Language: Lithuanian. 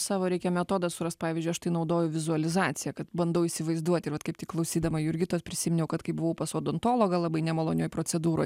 savo reikia metodą surast pavyzdžiui aš tai naudoju vizualizaciją kad bandau įsivaizduot ir vat kaip tik klausydama jurgitos prisiminiau kad kai buvau pas odontologą labai nemalonioj procedūroj